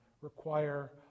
require